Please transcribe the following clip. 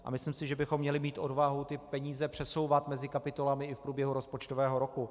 A myslím si, že bychom měli mít odvahu ty peníze přesouvat mezi kapitolami i v průběhu rozpočtového roku.